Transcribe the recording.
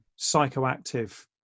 psychoactive